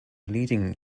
leading